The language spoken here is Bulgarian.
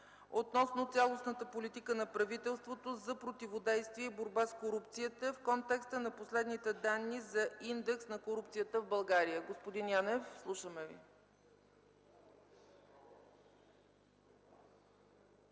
относно цялостната политика на правителството за противодействие и борба с корупцията, в контекста на последните данни за индекс на корупцията в България. Господин Янев, слушаме Ви.